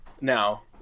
now